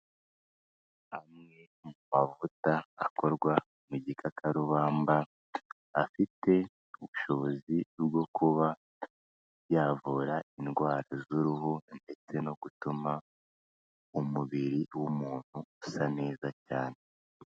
Amwe mu mavuta akorwa mu gikakarubamba, afite ubushobozi bwo kuba yavura indwara z'uruhu ndetse no gutuma umubiri w'umuntu usa neza cyane.